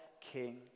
king